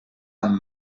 amb